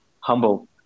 humble